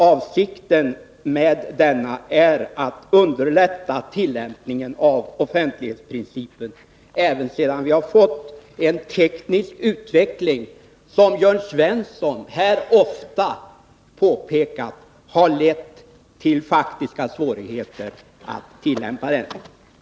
Avsikten med denna är att underlätta tillämpningen av offentlighetsprincipen—även sedan vi har fått en teknisk utveckling, som Jörn Svensson här ofta framhållit har lett till faktiska svårigheter när det gäller tillämpningen.